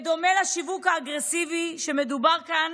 בדומה לשיווק האגרסיבי שדובר כאן,